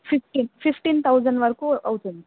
fifteen fifteen thousand వరకు అవుతుంది